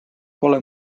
pole